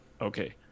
okay